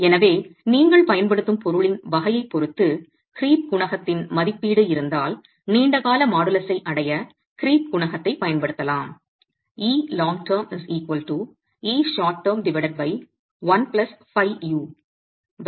எனவே நீங்கள் பயன்படுத்தும் பொருளின் வகையைப் பொறுத்து க்ரீப் குணகத்தின் மதிப்பீடு இருந்தால் நீண்ட கால மாடுலஸை அடைய க்ரீப் குணகத்தைப் பயன்படுத்தலாம்